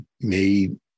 made